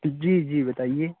جی جی بتائیے